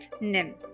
Nim